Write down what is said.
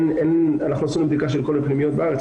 אנחנו עשינו בדיקה של כל הפנימיות בארץ